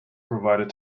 provided